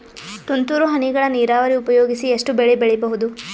ತುಂತುರು ಹನಿಗಳ ನೀರಾವರಿ ಉಪಯೋಗಿಸಿ ಎಷ್ಟು ಬೆಳಿ ಬೆಳಿಬಹುದು?